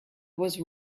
was